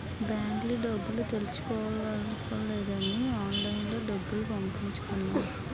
బాంకెల్లి డబ్బులు తెచ్చుకోవక్కర్లేదని ఆన్లైన్ లోనే డబ్బులు మార్చుకున్నాం